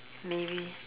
maybe